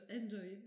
enjoy